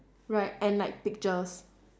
right and like pictures